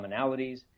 commonalities